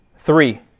Three